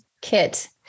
Kit